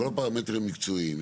בכל הפרמטרים המקצועיים,